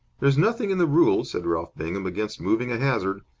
there is nothing in the rules, said ralph bingham, against moving a hazard.